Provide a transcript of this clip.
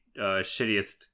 shittiest